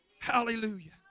Hallelujah